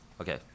okay